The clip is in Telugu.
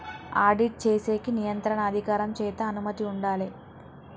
ఆడిట్ చేసేకి నియంత్రణ అధికారం చేత అనుమతి ఉండాలే